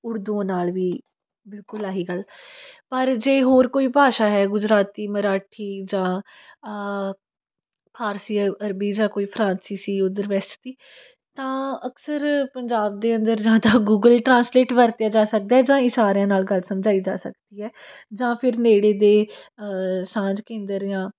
ਉਰਦੂ ਨਾਲ ਵੀ ਬਿਲਕੁਲ ਆਹੀ ਗੱਲ ਪਰ ਜੇ ਹੋਰ ਕੋਈ ਭਾਸ਼ਾ ਹੈ ਗੁਜਰਾਤੀ ਮਰਾਠੀ ਜਾਂ ਫਾਰਸੀ ਅਰਬੀ ਜਾਂ ਕੋਈ ਫਰਾਂਸੀ ਸੀ ਉਧਰ ਵੈਸ ਦੀ ਤਾਂ ਅਕਸਰ ਪੰਜਾਬ ਦੇ ਅੰਦਰ ਜ਼ਿਆਦਾ ਗੂਗਲ ਟਰਾਂਸਲੇਟ ਵਰਤਿਆ ਜਾ ਸਕਦਾ ਜਾਂ ਇਸ਼ਾਰਿਆਂ ਨਾਲ ਗੱਲ ਸਮਝਾਈ ਜਾ ਸਕਦੀ ਆ ਜਾਂ ਫਿਰ ਨੇੜੇ ਦੇ ਸਾਂਝ ਕੇਂਦਰ ਆ